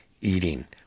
eating